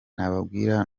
nababwira